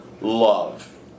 love